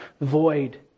void